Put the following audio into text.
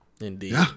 Indeed